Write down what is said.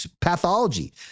pathology